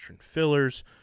fillers